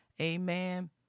Amen